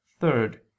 Third